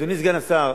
אדוני סגן השר,